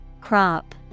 Crop